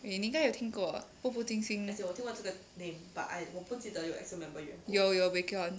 eh 你应该有听过步步惊心有有 baek hyun